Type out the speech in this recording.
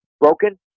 broken